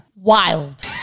wild